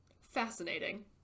fascinating